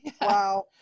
Wow